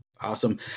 Awesome